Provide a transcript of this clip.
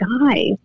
guys